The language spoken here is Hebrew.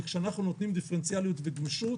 כי כשאנחנו נותנים דיפרנציאליות וגמישות,